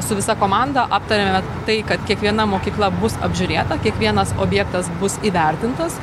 su visa komanda aptarėme tai kad kiekviena mokykla bus apžiūrėta kiekvienas objektas bus įvertintas